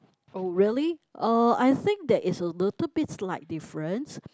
oh really uh I think there is a little bit slight difference